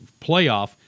playoff